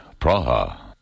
Praha